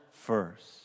first